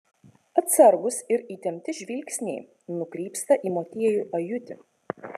atsargūs ir įtempti žvilgsniai nukrypsta į motiejų ajutį